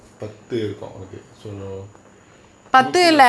பத்து இருக்கு அவனுக்கு:pathu iruku avanuku so இன்னும் கூட:innum kooda